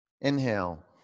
inhale